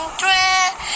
dress